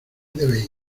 debe